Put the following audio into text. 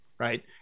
right